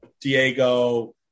Diego